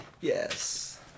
yes